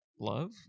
love